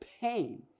pain